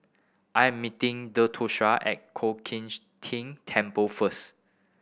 I am meeting Theodosia at Ko King Ting Temple first